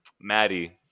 maddie